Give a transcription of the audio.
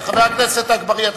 חבר הכנסת אגבאריה,